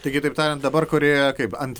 taigi taip tariant dabar korėjoje kaip ant